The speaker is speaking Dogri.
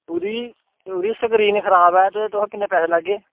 ओह्दी ओह्दी स्क्रीन खराब ऐ ते तोह् किन्नें पैहे लैगे